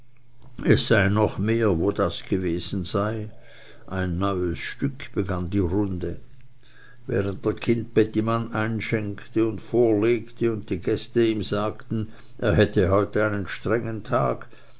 es sei noch mehr wo das gewesen sei ein neues stück begann die runde während der kindbettimann einschenkte und vorlegte und die gäste ihm sagten er hätte heute einen strengen tag